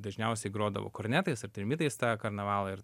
dažniausiai grodavo kornetais ar trimitais tą karnavalą ir